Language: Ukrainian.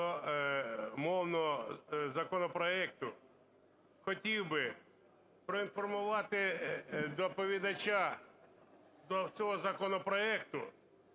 до мовного законопроекту. Хотів би проінформувати доповідача до цього законопроекту,